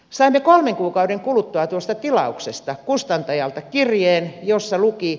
saimme kolmen kuukauden kuluttua tuosta tilauksesta kustantajalta kirjeen jossa luki